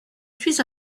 suis